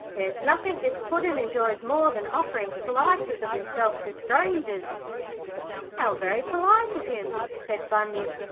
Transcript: there's nothing this puddin enjoys more than offering slices of himself to strangers how very polite of him said bunyip,